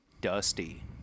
dusty